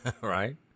Right